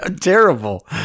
terrible